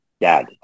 dad